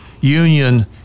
Union